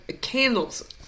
candles